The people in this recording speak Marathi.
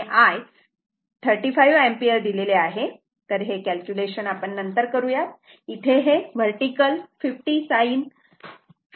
5 आणि I 35 एंपियर दिलेले आहे हे कॅल्क्युलेशन नंतर करूयात इथे हे वर्टीकल 50 sine 52